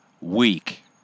week